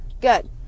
Good